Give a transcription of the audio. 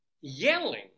yelling